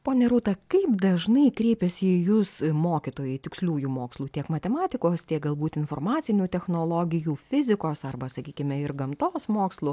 ponia rūta kaip dažnai kreipiasi į jus mokytojai tiksliųjų mokslų tiek matematikos tiek galbūt informacinių technologijų fizikos arba sakykime ir gamtos mokslų